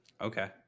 Okay